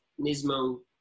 Nismo